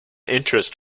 interest